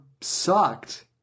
sucked